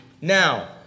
Now